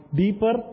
deeper